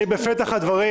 בפתח הדברים